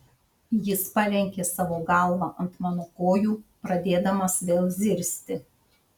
jis palenkė savo galvą ant mano kojų pradėdamas vėl zirzti